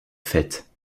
fête